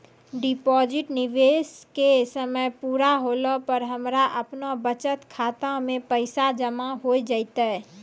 Deposit निवेश के समय पूरा होला पर हमरा आपनौ बचत खाता मे पैसा जमा होय जैतै?